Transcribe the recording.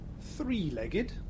Three-legged